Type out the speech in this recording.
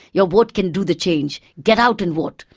your vote can do the change, get out and vote',